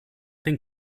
den